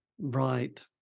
right